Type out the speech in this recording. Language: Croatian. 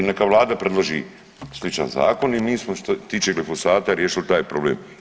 I neka vlada predloži sličan zakon i mi smo što se tiče glifosata riješili taj problem.